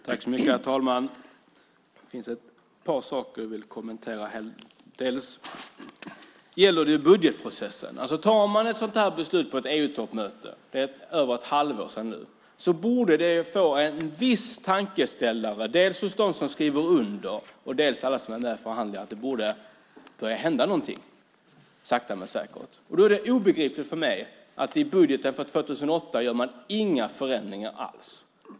Herr talman! Det är ett par saker som jag vill kommentera. Till att börja med gäller det budgetprocessen. Tar man ett sådant här beslut på ett EU-toppmöte - det är över ett halvår sedan nu - så borde det ge en viss tankeställare dels hos dem som skriver under, dels hos alla som är med i förhandlingarna. Det borde börja hända någonting, sakta men säkert. Då är det obegripligt för mig att man i budgeten för 2008 inte gör några förändringar alls.